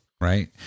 right